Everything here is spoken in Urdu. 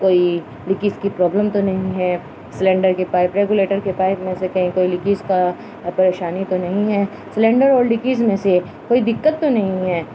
کوئی لیکیز کی پرابلم تو نہیں ہے سلینڈر کے پائپ ریگولیٹر کے پائپ میں سے کہیں کوئی لیکیز کا پریشانی تو نہیں ہے سلینڈر اور لیکیز میں سے کوئی دقت تو نہیں ہے